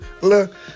Look